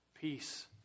peace